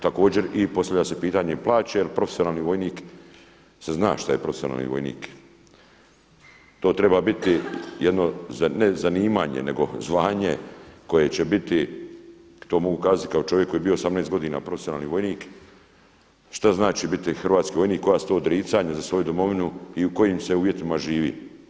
Također postavlja se pitanje plaće jer profesionalni vojnik se zna šta je profesionalni vojnik, to treba biti jedino ne zanimanje nego zvanje koje će biti to mogu kazati kao čovjek koji je bio 18 godina profesionalni vojnik, šta znači biti hrvatski vojnik, koja su to odricanja za svoju domovinu i u kojim se uvjetima živi.